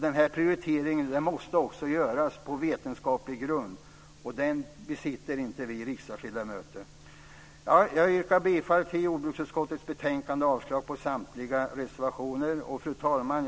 Denna prioritering måste göras på vetenskaplig grund, och den sakkunskapen besitter inte vi riksdagsledamöter. Jag yrkar bifall till miljö och jordbruksutskottets förslag till beslut och avslag på samtliga reservationer. Fru talman!